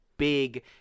big